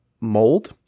mold